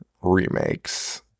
remakes